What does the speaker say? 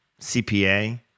CPA